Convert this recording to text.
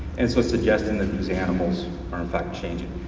and so suggesting that most animals are in fact changing.